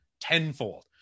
tenfold